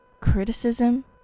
criticism